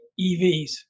EVs